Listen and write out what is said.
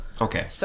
Okay